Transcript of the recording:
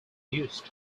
used